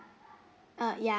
err ya